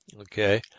Okay